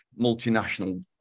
multinational